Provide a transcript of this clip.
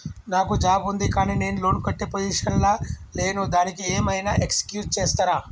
నాకు జాబ్ ఉంది కానీ నేను లోన్ కట్టే పొజిషన్ లా లేను దానికి ఏం ఐనా ఎక్స్క్యూజ్ చేస్తరా?